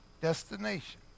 destination